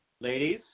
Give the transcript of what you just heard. Ladies